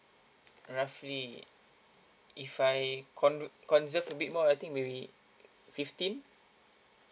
roughly if I conve~ conserve a bit more I think maybe fifteen